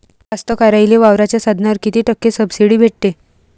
कास्तकाराइले वावराच्या साधनावर कीती टक्के सब्सिडी भेटते?